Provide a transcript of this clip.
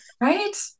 Right